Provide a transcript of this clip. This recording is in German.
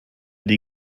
die